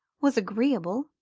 was agreeable,